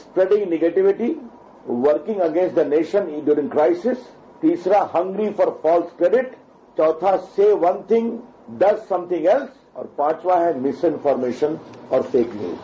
spreading negativity working against the nation during crisis तीसरा hungry for false credit चौथा say one thing does something else और पांचवा है misinformation और fake news